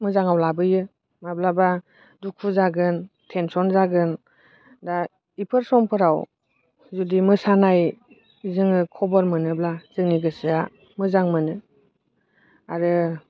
मोजाङाव लाबोयो माब्लाबा दुखु जागोन टेनसन जागोन दा बेफोर समफोराव जुदि मोसानाय जोङो खबर मोनोब्ला जोंनि गोसोआ मोजां मोनो आरो